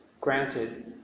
granted